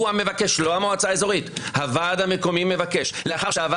הוא המבקש, לא המועצה האזורית.